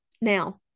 now